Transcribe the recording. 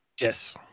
Yes